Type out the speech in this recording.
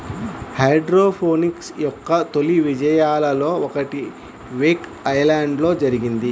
hydroponics యొక్క తొలి విజయాలలో ఒకటి వేక్ ఐలాండ్లో జరిగింది